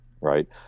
right